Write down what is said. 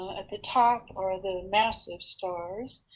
at the top are the massive stars.